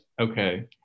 Okay